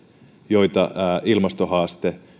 joita ilmastohaaste